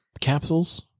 capsules